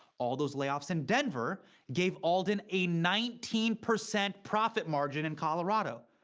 all those layoffs in denver gave alden a nineteen percent profit margin in colorado.